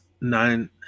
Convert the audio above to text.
nine